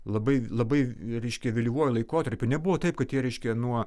labai labai reiškia vėlyvuoju laikotarpiu nebuvo taip kad jie reiškia nuo